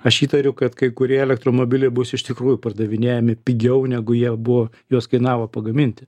aš įtariu kad kai kurie elektromobiliai bus iš tikrųjų pardavinėjami pigiau negu jie buvo juos kainavo pagaminti